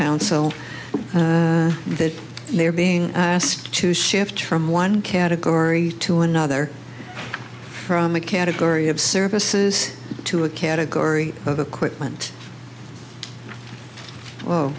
council that they are being asked to shift from one category to another from a category of services to a category of equipment